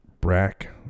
Brack